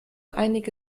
einige